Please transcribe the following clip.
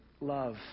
love